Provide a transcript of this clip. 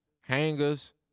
hangers